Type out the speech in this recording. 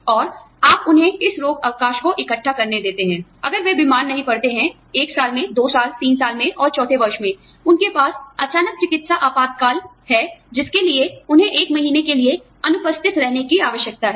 और आप उन्हें इस रोग अवकाश को इकट्ठा करने देते हैं अगर वे बीमार नहीं पड़ते हैं एक साल में दो साल तीन साल में और चौथे वर्ष में उनके पास अचानक चिकित्सा आपात काल है जिसके लिए उन्हें एक महीने के लिए अनुपस्थित रहने की आवश्यकता है